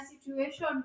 situation